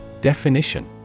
Definition